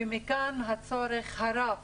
מכאן הצורך הרב